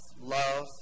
love